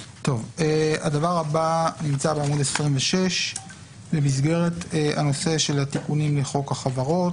הדבר הבא נמצא בעמוד 26. במסגרת הנושא של התיקונים מחוק החברות.